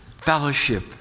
Fellowship